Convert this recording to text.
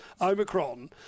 Omicron